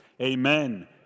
Amen